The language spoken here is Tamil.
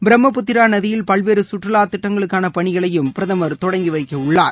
பிரம்மபுத்திரா நதியில் பல்வேறு சுற்றுலா திட்டங்களுக்கான பணிகளையும் பிரதமர் தொடங்கிவைக்க உள்ளார்